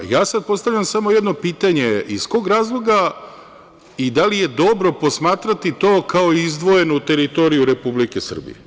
Ja sada postavljam samo jedno pitanje - iz kog razloga i da li je dobro posmatrati to kao izdvojenu teritoriju Republike Srbije?